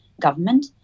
government